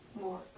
More